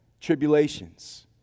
tribulations